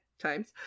times